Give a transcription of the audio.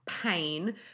pain